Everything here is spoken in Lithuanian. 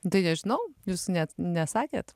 tai nežinau jūs net nesakėt